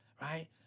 right